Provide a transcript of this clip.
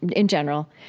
in general,